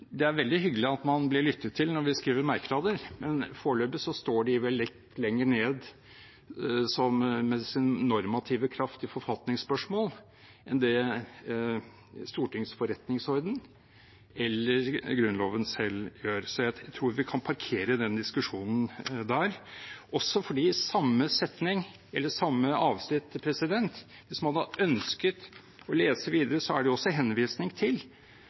veldig hyggelig at man blir lyttet til når man skriver merknader, men foreløpig står de vel litt lenger nede med tanke på deres normative kraft i forfatningsspørsmål enn Stortingets forretningsorden eller Grunnloven selv gjør. Jeg tror vi kan parkere den diskusjonen der – også fordi det i det samme avsnitt, hvis man hadde ønsket å lese videre, er en henvisning til at Stortinget, innenfor sin grunnlovskompetanse, kan treffe de vedtak de vil. De kan til